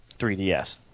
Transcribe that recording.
3DS